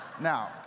Now